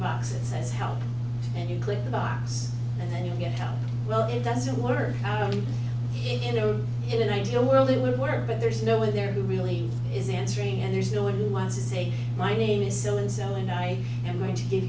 that says help and you click the box and then you'll get help well it doesn't work in an ideal world it would work but there's no one there who really is answering and there's no one who wants to say my name is so and so and i'm going to give